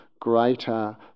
greater